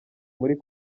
muri